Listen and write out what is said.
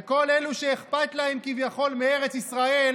וכל אלה שאכפת להם כביכול מארץ ישראל,